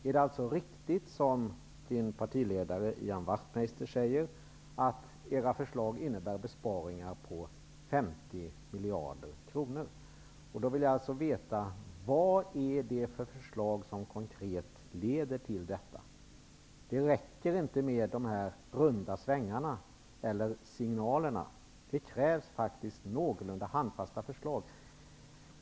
Är det riktigt, som Ny demokratis partiledare Ian Wachtmeister säger, att era förslag innebär besparingar på 50 miljarder kronor? Då vill jag alltså veta vad det är för förslag som konkret leder till detta. Det räcker inte med dessa runda svängar eller signalerna. Det krävs faktiskt någorlunda handfasta förslag.